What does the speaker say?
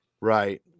Right